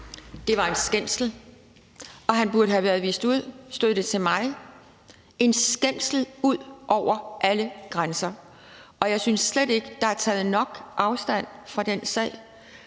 Det var en skændsel, og han burde være blevet vist ud, hvis det stod til mig – en skændsel ud over alle grænser. Og jeg synes slet ikke, at der er taget nok afstand fra det i